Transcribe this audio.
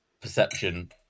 perception